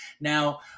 Now